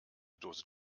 dose